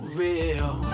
real